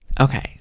Okay